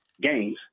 games